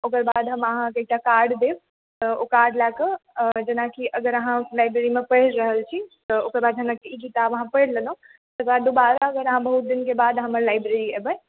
ओकर बाद हम अहाँकेँ एकटा कार्ड देब तऽ ओ कार्ड लए कऽ जेनाकि अगर अहाँ लाइब्रेरी मे पढ़ि रहल छी तऽ ओकर बाद जेनाकि अहाँ ई किताब पढ़ि लेलहुँ तकर दुबारा अहाँ अगर बहुत दिनकेँ बाद अगर लाइब्रेरी एबै